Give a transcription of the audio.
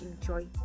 enjoy